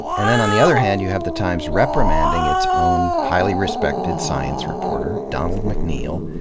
and then on the other hand you have the times reprimanding its own highly respected science reporter, donald mcneil,